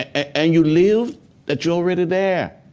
and you live that you're already there,